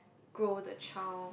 grow the child